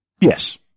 Yes